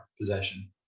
possession